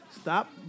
Stop